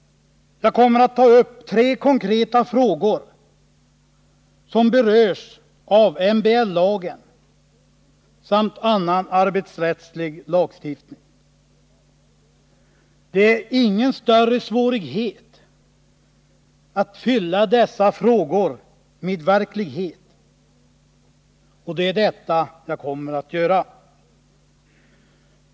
Jag kommer att ta upp tre konkreta frågor som berörs av MBL-lagen samt annan arbetsrättslig lagstiftning. Det är ingen större svårighet att fylla dessa frågor med verklighet, och det är detta jag kommer att göra.